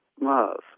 love